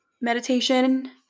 meditation